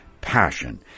passion